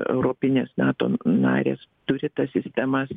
europinės nato narės turi tas sistemas